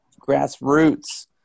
grassroots